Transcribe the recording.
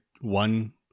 one